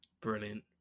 brilliant